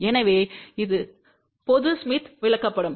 எனவே இது பொது ஸ்மித் விளக்கப்படம்